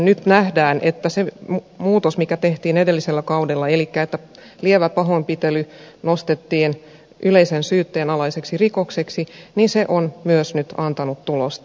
nyt nähdään että se muutos mikä tehtiin edellisellä kaudella elikkä lievä pahoinpitely nostettiin yleisen syyttäjän alaiseksi rikokseksi on myös antanut tulosta